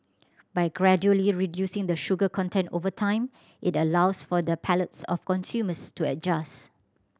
by gradually reducing the sugar content over time it allows for the palates of consumers to adjust